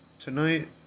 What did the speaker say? Tonight